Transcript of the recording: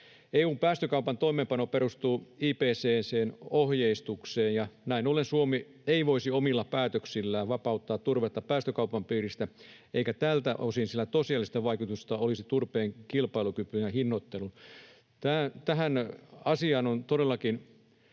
EU:n päästökaupan toimeenpano perustuu IPCC:n ohjeistukseen, ja näin ollen Suomi ei voisi omilla päätöksillään vapauttaa turvetta päästökaupan piiristä eikä tältä osin sillä tosiasiallista vaikutusta olisi turpeen kilpailukykyyn ja hinnoitteluun. Tässä asiassa on todellakin